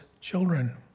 children